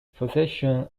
possession